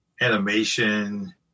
animation